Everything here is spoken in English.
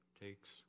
takes